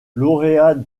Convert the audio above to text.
lauréat